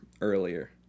earlier